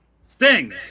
Sting